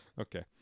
Okay